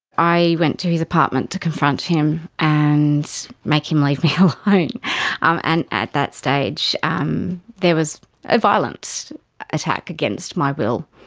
i went to his apartment to confront him and make him leave me so alone, and um and at that stage um there was a violent attack against my will.